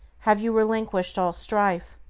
have you relinquished all strife?